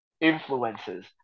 influences